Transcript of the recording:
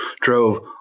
Drove